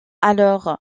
alors